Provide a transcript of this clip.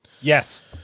Yes